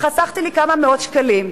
חסכתי לי כמה מאות שקלים.